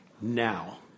Now